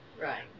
Right